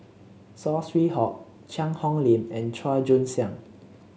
Saw Swee Hock Cheang Hong Lim and Chua Joon Siang